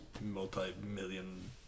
multi-million